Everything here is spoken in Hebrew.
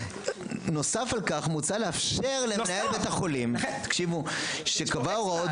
נוסף על כך מוצע לאפשר למנהל בית החולים שקבע הוראות